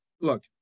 Look